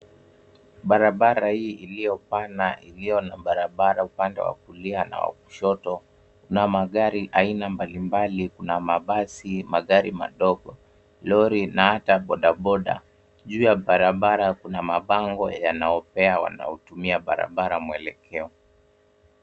Barabara hii iliyo pana iliyo na barabara upande wa kulia na wa kushoto, kuna magari aina mbalimbali. Kuna mabasi, magari madogo, Lori na hata bodaboda. Juu ya barabara kuna mabango yanayopea wanao tumia barabara mwelekeo.